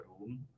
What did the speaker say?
room